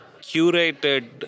curated